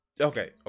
okay